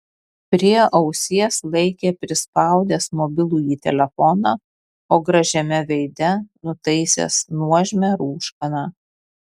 prie ausies laikė prispaudęs mobilųjį telefoną o gražiame veide nutaisęs nuožmią rūškaną